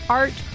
art